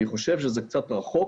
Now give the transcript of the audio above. אני חושב שזה קצת רחוק